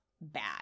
bad